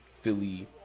philly